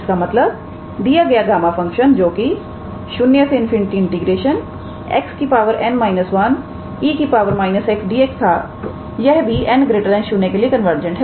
इसका मतलब दिया गया गामा फंक्शन जोकि 0∞ 𝑥 𝑛−1𝑒 −𝑥𝑑𝑥 था यह भी 𝑛 0 के लिए कन्वर्जेंट है